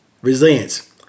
Resilience